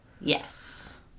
Yes